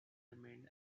remained